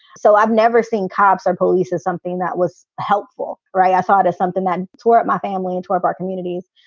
so i've never seen cops are policing something that was helpful. right. i thought something that tore my family into our black communities,